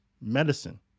medicine